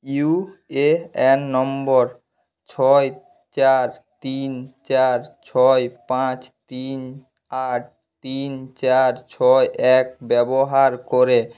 you A N number ছয় চার তিন চার ছয় পাঁচ তিন আট তিন চার ছয় এক ব্যবহার করে